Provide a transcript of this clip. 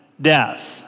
death